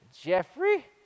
Jeffrey